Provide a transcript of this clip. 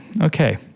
okay